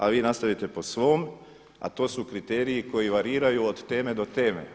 A vi nastavite po svom, a to su kriteriji koji variraju od teme do teme.